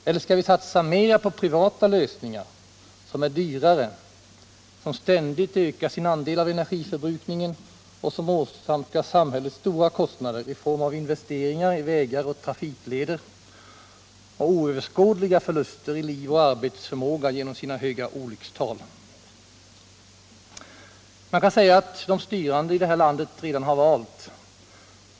Eller skall vi satsa mer på privata lösningar, som är dyrare, - Om åtgärder för att som ständigt ökar sin andel av energiförbrukningen och som åsamkar = hindra taxehöjningsamhället stora kostnader i form av investeringar i vägar och trafikleder — ar inom allmänna och dessutom förorsakar oöverskådliga förluster i liv och arbetsförmåga = statliga kommunipå grund av sina höga olyckstal? kationer Man kan säga att de styrande i landet redan gjort sitt val.